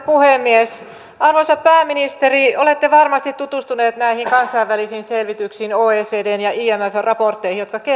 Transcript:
puhemies arvoisa pääministeri olette varmasti tutustunut näihin kansainvälisiin selvityksiin oecdn ja imfn raportteihin jotka